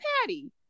Patty